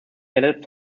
headed